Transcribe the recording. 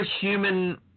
human